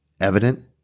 evident